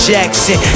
Jackson